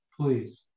please